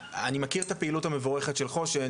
אני מכיר את הפעילות המבורכת של חוש"ן,